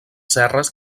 serres